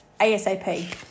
ASAP